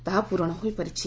ତାହା ପୂରଣ ହୋଇପାରିଛି